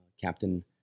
Captain